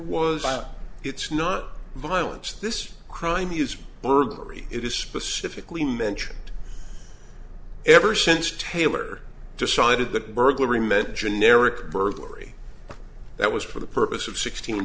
was it's not violence this crime is burglary it is specifically mentioned ever since taylor decided that burglary meant generic burglary that was for the purpose of sixteen